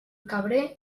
cabré